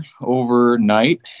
overnight